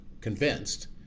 convinced